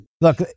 Look